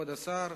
כבוד השר,